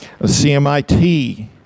CMIT